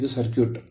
ಇದು ಸರ್ಕ್ಯೂಟ್